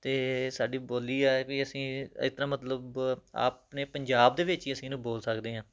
ਅਤੇ ਸਾਡੀ ਬੋਲੀ ਆ ਵੀ ਅਸੀਂ ਇਸ ਤਰ੍ਹਾਂ ਮਤਲਬ ਆਪਣੇ ਪੰਜਾਬ ਦੇ ਵਿੱਚ ਹੀ ਅਸੀਂ ਇਹਨੂੰ ਬੋਲ ਸਕਦੇ ਹਾਂ